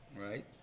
right